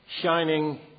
shining